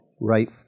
Right